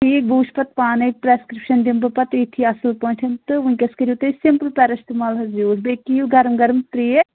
تُہۍ یِیِو بہٕ وُچھٕ پَتہٕ پانے پرٛیسکِپشن دِمہٕ بہٕ پَتہٕ تتی اصٕل پٲٹھۍ تہٕ وُنکیٚس کٔرِو تُہۍ سِمپٕل پیٚرسٹٕمال حظ یوٗز بیٚیہِ چیٚوِو گَرم گَرم ترٛیش